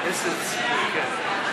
יש סיכוי, כן.